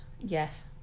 Yes